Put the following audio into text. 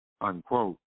unquote